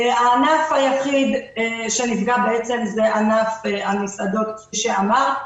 הענף היחיד שנפגע זה ענף המסעדות, כפי שאמרת.